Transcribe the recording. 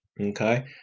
Okay